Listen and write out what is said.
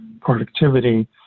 productivity